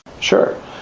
Sure